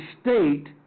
state